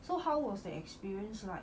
so how was the experience like